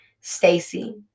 stacy